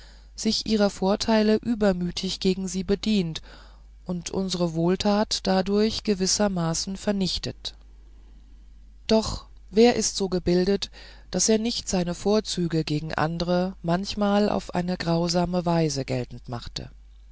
sich ihrer vorteile übermütig gegen sie bedient und unsre wohltat dadurch gewissermaßen vernichtet doch wer ist so gebildet daß er nicht seine vorzüge gegen andre manchmal auf eine grausame weise geltend machte